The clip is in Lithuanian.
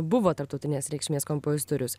buvo tarptautinės reikšmės kompozitorius